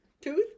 tooth